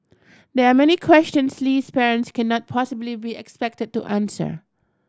there are many questions Lee's parents cannot possibly be expected to answer